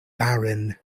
barren